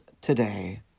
today